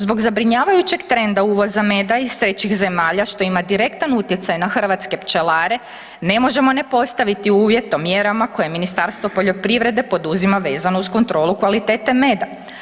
Zbog zabrinjavajućeg trenda uvoza meda iz trećih zemalja što ima direktan utjecaj na hrvatske pčelare, ne možemo ne postaviti uvjet o mjerama koje Ministarstvo poljoprivrede poduzima vezano uz kontrolu kvalitete meda.